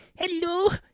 Hello